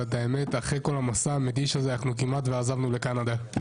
האמת, אחרי כל המסע המתיש הזה, כמעט ועזבנו לקנדה.